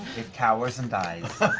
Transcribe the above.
cowers and dies.